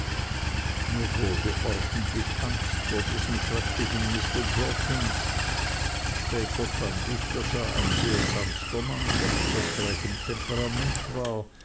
mir wurde ordentlich angst vor diesem schrecklichen mr jorkins später fand ich daß er ein sehr sanfter mann von etwas trägem temperament war